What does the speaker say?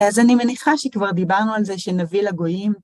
אז אני מניחה שכבר דיברנו על זה, שנביא לגויים